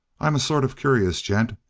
i'm a sort of curious gent.